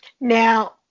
Now